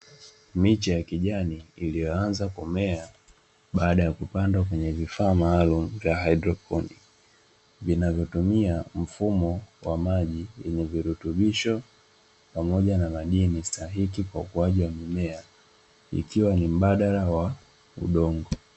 Miche ya kijani iliyoaanzaa kumea baada ya kupandwa kwenye viaafa maalumu vya hydrodi zinazotumia maji na virutubish vinavyosaidia ukuaji bila kutumia udongo.